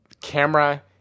camera